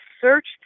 search